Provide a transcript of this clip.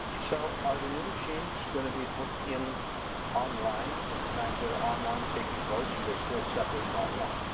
so are the new machine going to be hooking in on line at the time they are on line taking votes or are they still separate and off line?